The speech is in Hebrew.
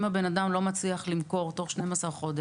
אם הבן אדם לא מצליח למכור תוך 12 חודשים,